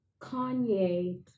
Kanye